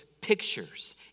pictures